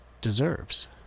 deserves